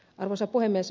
arvoisa puhemies